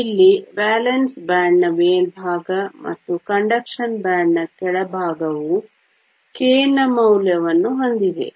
ಇಲ್ಲಿ ವೇಲೆನ್ಸ್ ಬ್ಯಾಂಡ್ನ ಮೇಲ್ಭಾಗ ಮತ್ತು ವಾಹಕ ಬ್ಯಾಂಡ್ನ ಕೆಳಭಾಗವು k ನ ಮೌಲ್ಯವನ್ನು ಹೊಂದಿವೆ